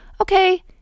okay